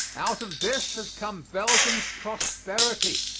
out of this has come belgium's prosperity.